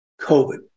COVID